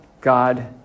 God